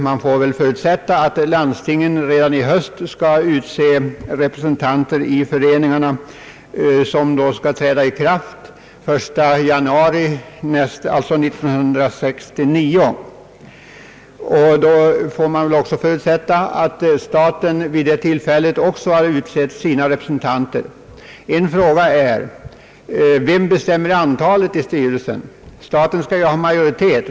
Man får förutsätta att landstingen redan i höst skall utse representanter i föreningarna, vilka representanter då skall träda till den 1 januari 1969, samt att också staten vid det tillfället har utsett sina representanter. Frågan är då: Vem bestämmer antalet ledamöter i styrelsen, och när kan det ske?